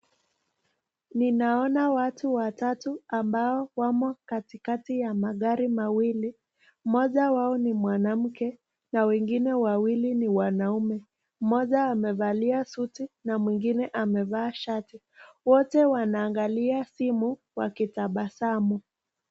Ninaona watu watatu ambao wamo katikati ya magari mawili mmoja wao ni mwanamke na wengine wawili ni wanaume, mmoja amevalia suti na mwingine amevaa shati, wote wanaangalia simu wakitabasamu.